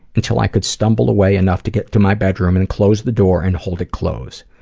until i could stumble away enough to get to my bedroom and close the door and hold it close,